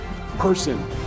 Person